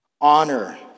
Honor